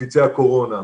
למפיצי הקורונה.